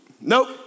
nope